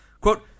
quote